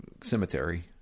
cemetery